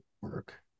work